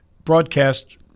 broadcast